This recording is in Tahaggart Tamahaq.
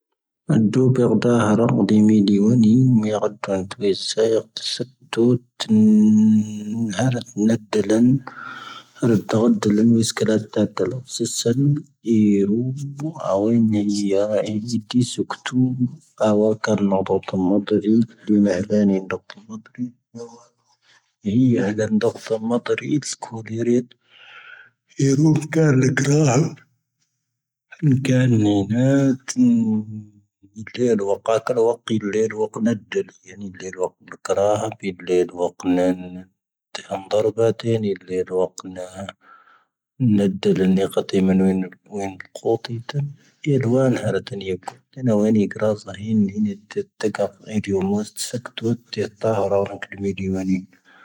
ⵡⵇⴰⵍ ⵡⵇⵢⵍ ⵡⵇⵏⴷⵍ. ⵡⵇⵔⴰⵀ ⴱⴻⵍⵍⵍ ⵡⵇⵏⴰⵏ. ⵜⴰⵏⴹⵔⴱⵜ ⴻⵍⵍⵍ ⵡⵇⵏⴰⵏ. ⵏⴷⵍ ⴰⵍⵏⵇⵜⵢ ⵎⵏ ⵡⵢⵏ ⵇⵡⵟⵢⵜⴰ. ⴻⵍⵡⴰⵏ ⵀⵔ ⵜⵏⵢⴽ. ⵡⴰⵏⵢ ⵇⵔⴰⵣ ⵀⵢⵏ ⵍⵢⵏ ⵜⵜⴽⴼⵄ. ⴻⵍⵢⵡ ⵎⵡⵙⵜ ⵙⴽⵜⵡ. ⵜⵜⵟⵀ ⵔⵡⴰⵏ ⴽⵍⵎⵢⵔⵢ ⵡⴰⵏⵢ.